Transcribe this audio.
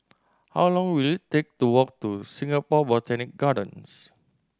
how long will it take to walk to Singapore Botanic Gardens